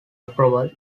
approval